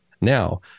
now